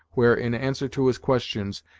where, in answer to his questions,